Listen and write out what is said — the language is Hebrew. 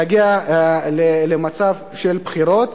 להגיע למצב של בחירות.